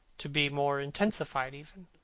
to be more intensified even.